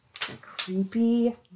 Creepy